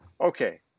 Okay